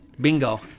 Bingo